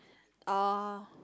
ah